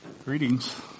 Greetings